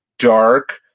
dark,